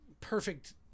Perfect